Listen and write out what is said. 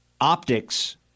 optics